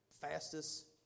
fastest